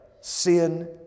sin